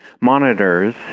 monitors